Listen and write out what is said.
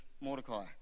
Mordecai